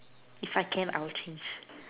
if I can I would change